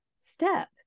step